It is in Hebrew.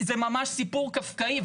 זה ממש סיפור קפקאי.